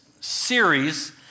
series